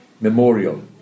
memorial